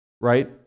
Right